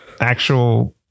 actual